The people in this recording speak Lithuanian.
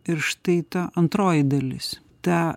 ir štai ta antroji dalis ta